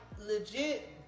legit